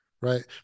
right